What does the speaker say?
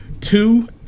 Two